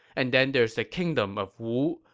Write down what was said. and then there's the kingdom of wu,